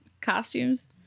costumes